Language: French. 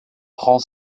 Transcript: prend